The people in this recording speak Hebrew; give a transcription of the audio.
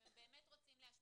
אם הם באמת רוצים להשפיע,